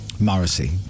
Morrissey